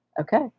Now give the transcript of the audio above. Okay